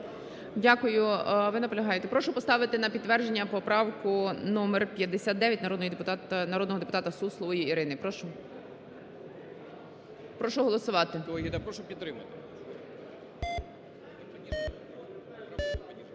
Дякую. Ви наполягаєте. Прошу поставити на підтвердження поправку номер 59 народного депутата Суслової Ірини, прошу. Прошу голосувати.